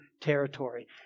territory